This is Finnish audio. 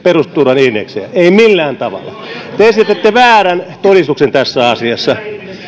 perusturvan indeksejä ei millään tavalla te esitätte väärän todistuksen tässä asiassa